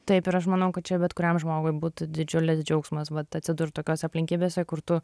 taip ir aš manau kad čia bet kuriam žmogui būtų didžiulis džiaugsmas vat atsidurt tokiose aplinkybėse kur tu